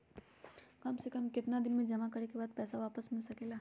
काम से कम केतना दिन जमा करें बे बाद पैसा वापस मिल सकेला?